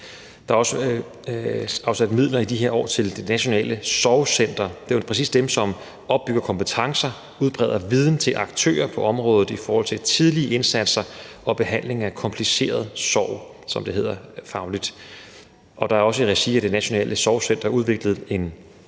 de her år afsat midler til Det Nationale Sorgcenter. Det er præcis dem, som opbygger kompetencer, udbreder viden til aktører på området i forhold til tidlige indsatser og behandling af kompliceret sorg, som det hedder fagligt. Og der er også i regi af Det Nationale Sorgcenter udviklet en sorgvejviser,